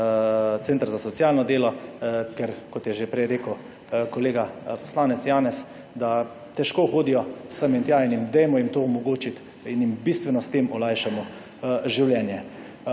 center za socialno delo, ker kot je že prej rekel kolega poslanec Janez, da težko hodijo sem in tja in dajmo jim to omogočiti in jim bistveno s tem olajšajmo življenje.